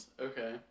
okay